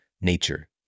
nature